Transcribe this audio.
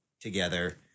together